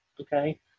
okay